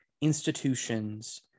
institutions